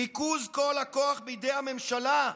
ריכוז כל הכוח בידי הממשלה.